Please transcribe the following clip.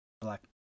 black